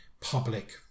public